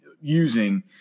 using